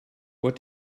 what